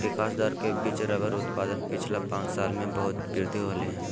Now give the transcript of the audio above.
विकास दर के बिच रबर उत्पादन पिछला पाँच साल में बहुत वृद्धि होले हें